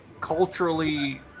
culturally